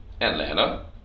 atlanta